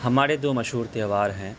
ہمارے دو مشہور تہوار ہیں